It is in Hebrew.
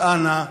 אז אנא,